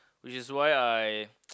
which is why I